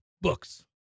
books